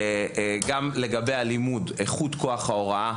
גם בעיות האלימות ואיכות כוח ההוראה,